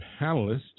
panelists